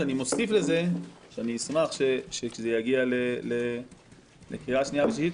אני מוסיף לזה שאני אשמח שכאשר זה יגיע לקריאה שנייה ושלישית,